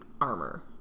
armor